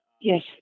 Yes